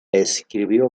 escribió